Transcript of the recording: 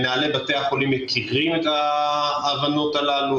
מנהלי בתי החולים מכירים את ההבנות האלו,